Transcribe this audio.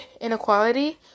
inequality